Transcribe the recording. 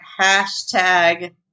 hashtag